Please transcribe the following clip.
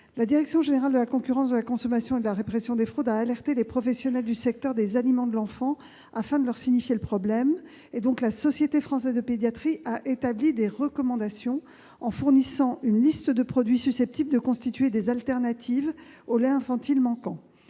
La Direction générale de la concurrence, de la consommation et de la répression des fraudes a alerté les professionnels du secteur des aliments de l'enfant, afin de leur faire part de ce problème. La Société française de pédiatrie a établi des recommandations et fourni une liste de produits susceptibles d'offrir des solutions de substitution au lait infantile manquant.